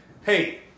hey